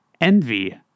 Envy